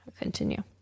continue